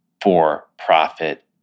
for-profit